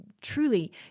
truly